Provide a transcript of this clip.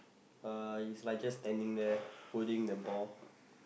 uh he's like just standing there holding the ball